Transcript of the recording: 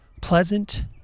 pleasant